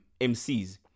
MCs